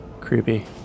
Creepy